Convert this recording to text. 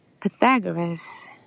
Pythagoras